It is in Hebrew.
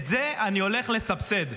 את זה אני הולך לסבסד.